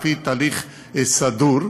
לפי תהליך סדור.